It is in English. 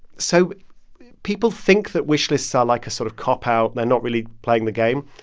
so people think that wish lists are, like, a sort of cop-out. they're not really playing the game.